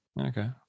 Okay